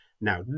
Now